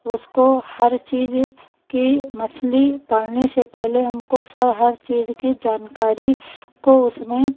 उसको हर चीज की मछली पालने से पहले हमको हर चीज की जानकारी को उसमें